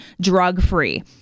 drug-free